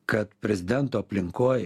kad prezidento aplinkoj